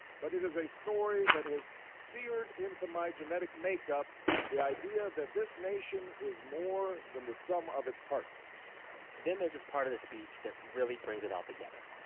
but it is a story that has seared into my genetic makeup the idea that this nation is more than the sum of its parts then there's this part of this speech that really brings it all together.